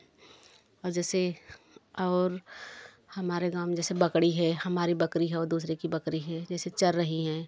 और जैसे और हमारे गाँव में जैसे बकरी है हमारी बकरी है और दूसरों की बकरी है जैसे चर रही है